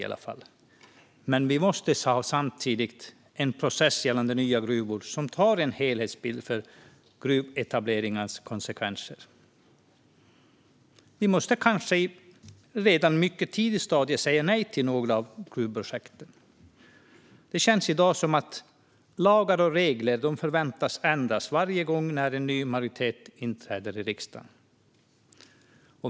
Samtidigt måste vi ha en process gällande nya gruvor som tar ett helhetsgrepp om gruvetableringens konsekvenser. Vi måste kanske redan på ett mycket tidigt stadium säga nej till några gruvprojekt. Det känns i dag som att lagar och regler förväntas att ändras varje gång när en ny majoritet inträder i riksdagen.